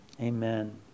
Amen